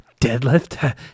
Deadlift